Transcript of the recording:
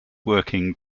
working